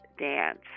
Dance